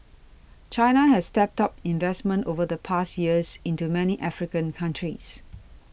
China has stepped up investment over the past years into many African countries